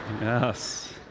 Yes